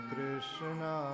Krishna